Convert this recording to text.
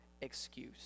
excuse